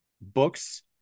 books